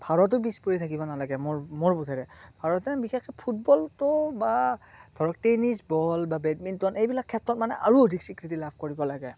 ভাৰতো পিছ পৰি থাকিব নালাগে মোৰ মোৰ বোধেৰে ভাৰতে বিশেষকৈ ফুটবলতো বা ধৰক টেনিছ বল বা বেডমিণ্টন এইবিলাক ক্ষেত্ৰত মানে আৰু অধিক স্বীকৃতি লাভ কৰিব লাগে